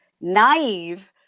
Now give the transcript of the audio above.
naive